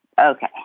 Okay